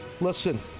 listen